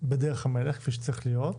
בדרך המלך, כפי שצריך להיות,